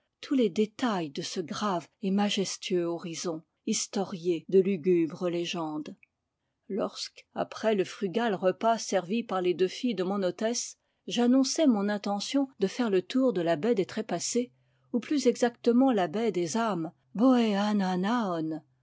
tous les détails de ce grave et majestueux horizon historié de lugubres légendes lorsque après le frugal repas servi par les deux filles de mon hôtesse j'annonçai mon intention de faire le tour de la baie des trépassés ou plus exactement la baie des